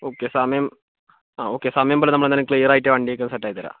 okay സമയം okay സമയം പോലെ എന്തായാലും വണ്ടിയൊക്കെ ക്ലിയർ ആക്കി സെറ്റ് ആക്കിത്തരാം